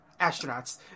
astronauts